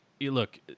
Look